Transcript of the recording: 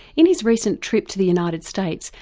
in his recent trip to the united states,